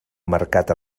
mercat